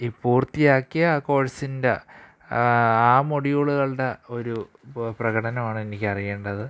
ഈ പൂർത്തിയാക്കിയ ആ കോഴ്സിൻ്റെ ആ മൊഡ്യൂളുകളുടെ ഒരു പ്രകടനമാണ് എനിക്കറിയേണ്ടത്